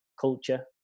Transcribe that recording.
culture